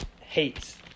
hates